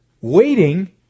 waiting